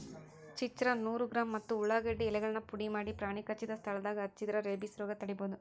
ಚಿರ್ಚ್ರಾ ನೂರು ಗ್ರಾಂ ಮತ್ತ ಉಳಾಗಡ್ಡಿ ಎಲೆಗಳನ್ನ ಪುಡಿಮಾಡಿ ಪ್ರಾಣಿ ಕಚ್ಚಿದ ಸ್ಥಳದಾಗ ಹಚ್ಚಿದ್ರ ರೇಬಿಸ್ ರೋಗ ತಡಿಬೋದು